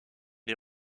des